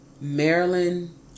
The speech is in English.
Maryland